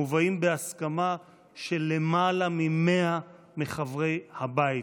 מובאים בהסכמה של למעלה מ-100 חברי הבית,